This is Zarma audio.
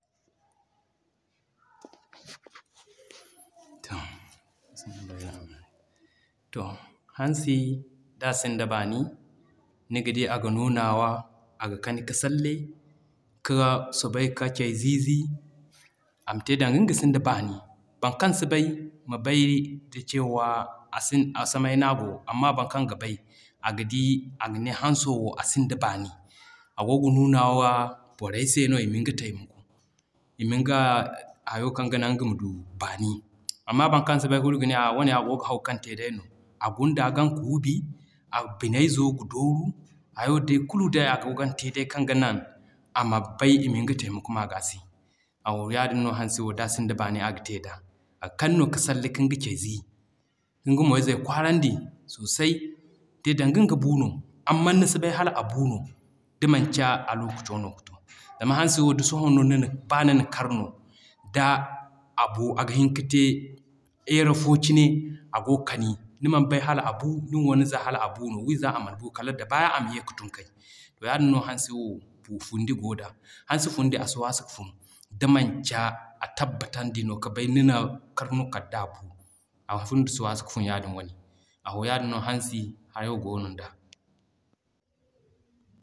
toh- toh. Hansi d'a sinda baani niga di aga nuna wa aga kani ka salle ka soobay ka cay zi zi ama te danga nga sinda baani. Baŋ kaŋ si bay ma bay da cewa samay n'a go, amma boro kaŋ ga bay aga di aga ne hanso wo a sinda baani ago ga nuna wa borey se i miŋga taimako i miŋga hayo kaŋ ganaŋ nga ma du baani. Amma boro kaŋ si bay kulu ga ney hã agoo ga haw kan tey day no: A gunda gan kuubi,a binay zo ga dooru, hayo day kulu day a go gan tey no kaŋ ganaŋ ama bay i miŋga taimako m'a g'a sey. Yaadin no hansi wo d'a sinda baani aga tey da. Aga kani no ka salle ka nga cay zi, ka nga moy zey kwaaran di sosai gate danginga buu no amma ni si bay hala a buu no da manci a lokaco no ga to. Zama hansi wo da sohõ no baa nina kar no d'a buu aga hinka te heure fo cine agoo kani ni mana bay hala a buu niŋ wo ni za hala a buu no wiiza aman buu daga baya ama ye ka tuŋ kay. To yaadin no hansi wo fundi goo da. Hansi fundi asi waasu ga fun da manci a tabbatandi no ka bay kan nina kar no kal d'a buu a fundo si fun yaadin wane. A ho yaadin no hansi hayo goonon da.